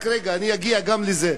רק רגע, אני אגיע גם לזה.